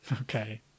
Okay